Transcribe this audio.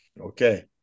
okay